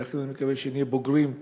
ולכן אני מקווה שנהיה בוגרים,